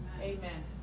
Amen